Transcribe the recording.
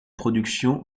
production